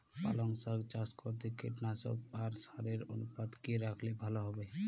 পালং শাক চাষ করতে কীটনাশক আর সারের অনুপাত কি রাখলে ভালো হবে?